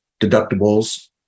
deductibles